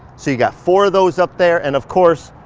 so you got four of those up there and of course,